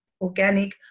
organic